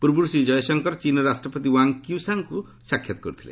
ପୂର୍ବରୁ ଶ୍ରୀ ଜୟଶଙ୍କର ଚୀନ୍ର ରାଷ୍ଟ୍ରପତି ୱାଙ୍ଗ୍ କ୍ୟୁସାଁଙ୍କୁ ସାକ୍ଷାତ କରିଥିଲେ